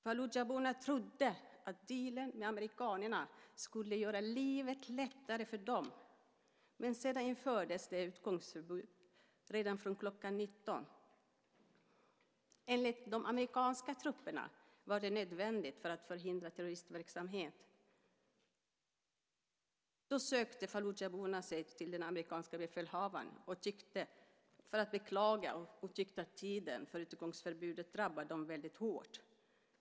Fallujaborna trodde att dealen med amerikanerna skulle göra livet lättare för dem, men sedan infördes det utegångsförbud redan från kl. 19. Enligt de amerikanska trupperna var det nödvändigt för att förhindra terroristverksamhet. Då sökte fallujaborna sig till den amerikanska befälhavaren för att beklaga sig. De tyckte att tiden för utegångsförbudet drabbade dem väldigt hårt.